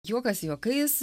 juokas juokais